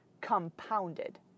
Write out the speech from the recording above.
compounded